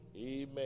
Amen